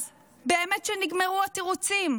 אז באמת שנגמרו התירוצים.